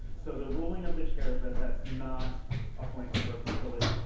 so the ruling of the chair is that that's not a point of personal privilege.